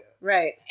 Right